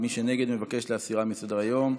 ומי שנגד מבקש להסירה מסדר-היום.